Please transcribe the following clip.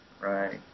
right